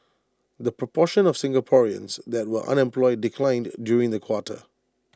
the proportion of Singaporeans that were unemployed declined during the quarter